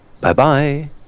Bye-bye